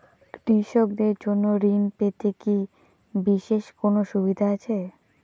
কৃষকদের জন্য ঋণ পেতে কি বিশেষ কোনো সুবিধা আছে?